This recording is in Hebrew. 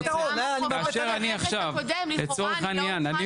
לצורך העניין,